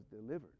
delivered